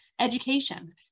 education